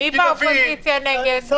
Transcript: מי באופוזיציה נגד?